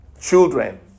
Children